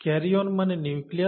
karyon মানে nucleus